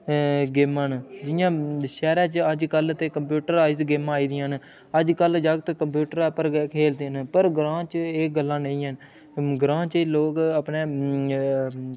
अऽ गेमां न जि'यां शैह्रे च अजकल ते कम्प्यूटराइज गेमां आई दियां न अजकल जागत कम्प्यूटरा पर गै खेलदे न पर ग्रांऽ च एह् गल्लां नेईं हैन ग्रांऽ च लोग अपने